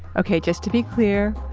okay, just to be clear,